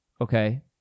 Okay